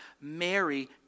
Mary